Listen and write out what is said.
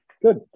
Good